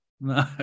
No